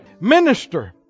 Minister